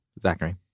Zachary